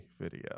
video